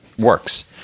works